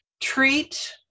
treat